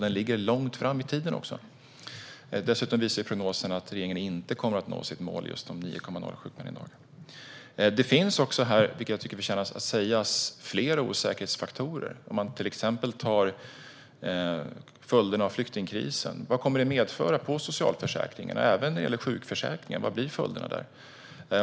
Den ligger långt fram i tiden och visar dessutom att regeringen inte kommer att nå sitt mål om 9,0 sjukpenningdagar. Jag tycker att det förtjänar att sägas att det finns fler osäkerhetsfaktorer. Vilka följder kommer till exempel flyktingkrisen att få för socialförsäkringen och även sjukförsäkringen?